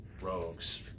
rogues